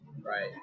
right